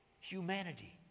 humanity